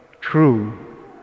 true